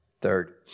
Third